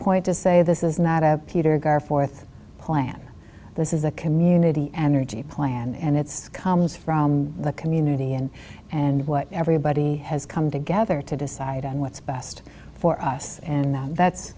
point to say this is not a peter ghar fourth plan this is a community energy plan and it's comes from the community and and what everybody has come together to decide what's best for us and